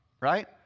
right